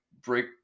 break